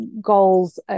goals